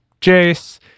Jace